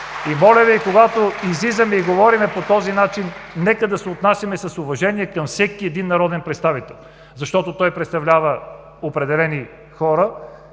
Моля Ви, когато излизаме и говорим по този начин, нека да се отнасяме с уважение към всеки един народен представител, защото той представлява определени хора,